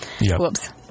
Whoops